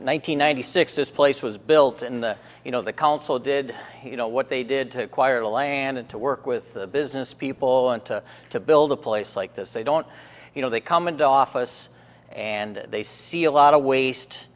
hundred six this place was built in the you know the council did you know what they did to acquire land and to work with the business people and to to build a place like this they don't you know they come and office and they see a lot of waste